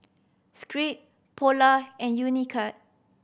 Schick Polar and Unicurd